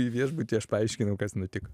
į viešbutį aš paaiškinau kas nutiko